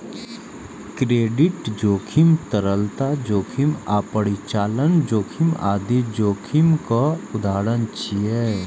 credit जोखिम, तरलता जोखिम आ परिचालन जोखिम आदि जोखिमक उदाहरण छियै